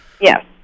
Yes